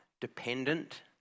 dependent